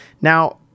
Now